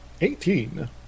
Eighteen